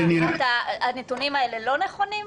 הנתונים האלה לא נכונים?